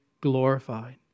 glorified